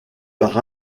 par